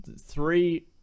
three